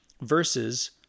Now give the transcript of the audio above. versus